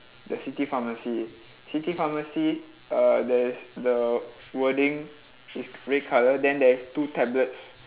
the city pharmacy city pharmacy uh there is the wording is grey colour then there is two tablets